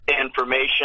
information